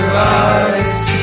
rise